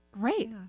great